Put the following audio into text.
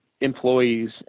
employees